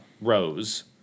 Rose